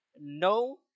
no